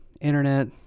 internet